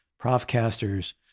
Profcasters